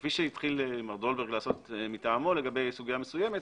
כפי שהתחיל מר דולברג לעשות מטעמו לגבי סוגיה מסוימת,